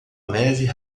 neve